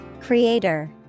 Creator